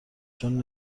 چون